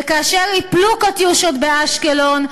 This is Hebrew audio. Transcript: וכאשר ייפלו "קטיושות" באשקלון,